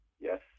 yes